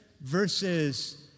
versus